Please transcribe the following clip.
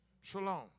Shalom